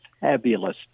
fabulous